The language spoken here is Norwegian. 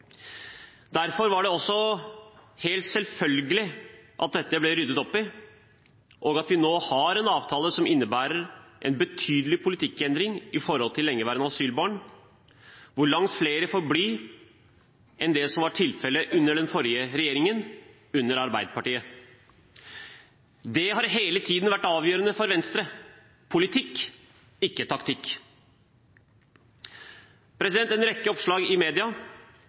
Derfor var det også helt selvfølgelig at dette ble ryddet opp i, og at vi nå har en avtale som innebærer en betydelig politikkendring overfor lengeværende asylbarn, hvor langt flere får bli enn det som var tilfellet under den forrige regjeringen, under Arbeiderpartiet. Det har hele tiden vært avgjørende for Venstre – politikk, ikke taktikk. En rekke oppslag i media,